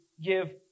give